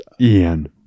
Ian